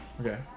Okay